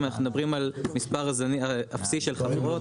אנחנו מדברים על מספר אפסי של חברות,